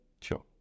Sure